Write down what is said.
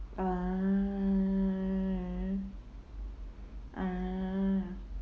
ah ah